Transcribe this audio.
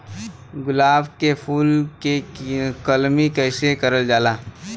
गुलाब क फूल के कलमी कैसे करल जा सकेला?